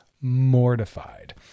mortified